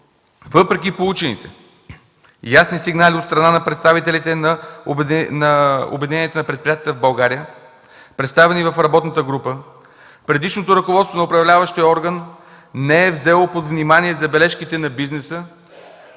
Въпреки получените ясни сигнали от страна на представителите на обединенията на предприятията в България, представени в работната група, предишното ръководство на управляващия орган не е взело под внимание забележките на бизнеса,